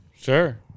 Sure